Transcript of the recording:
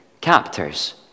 captors